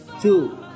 Two